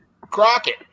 Crockett